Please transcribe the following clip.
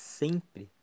sempre